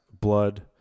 blood